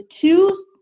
two